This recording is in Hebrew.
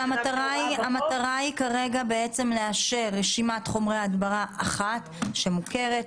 שהמטרה היא כרגע לאשר רשימת חומרי הדברה אחת שמוכרת,